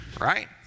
right